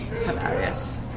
yes